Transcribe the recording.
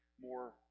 more